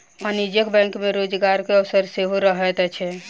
वाणिज्यिक बैंक मे रोजगारक अवसर सेहो रहैत छै